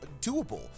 doable